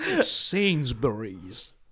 Sainsbury's